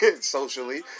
socially